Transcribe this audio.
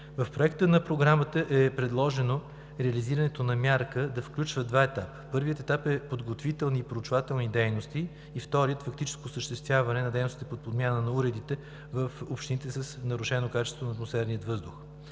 В Проекта на програмата е предложено реализирането на мярката да включва два етапа. Първият етап е подготвителни и проучвателни дейности и, вторият, фактическо осъществяване на дейностите по подмяна на уредите в общините с нарушено качество на атмосферния въздух.